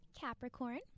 Capricorn